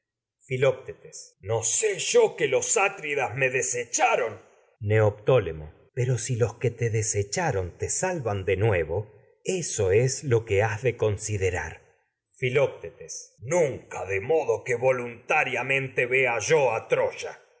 filoctetes no sé yo que los atridas me des echaron neoptólemo de pero si los que te desecharon te sal van nuevo eso es lo que has de considerar modo que filoctetes nunca de voluntariamente vea yo a troya